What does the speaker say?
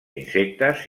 insectes